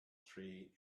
three